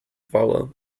follow